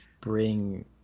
bring